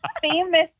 famous